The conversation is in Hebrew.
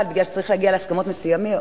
אבל משום שצריך להגיע להסכמות מסוימות,